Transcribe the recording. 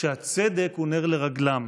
שהצדק הוא נר לרגלם